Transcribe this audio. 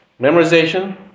memorization